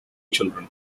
children